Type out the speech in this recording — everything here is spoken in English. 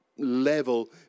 level